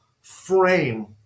frame